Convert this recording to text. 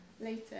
later